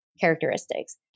characteristics